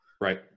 Right